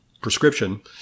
prescription